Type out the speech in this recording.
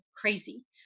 crazy